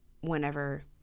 whenever